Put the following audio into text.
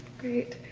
great.